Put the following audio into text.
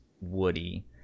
Woody